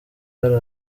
hari